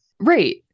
right